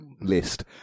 list